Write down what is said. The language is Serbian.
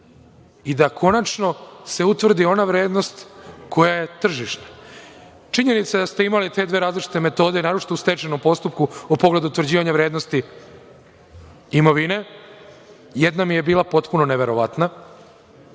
i da konačno se utvrdi ona vrednost koja je tržišna. Činjenica je da ste imali te dve različite metode, naročito u stečajnom postupku u pogledu utvrđivanja vrednosti imovine. Jedna mi je bila potpuno neverovatna.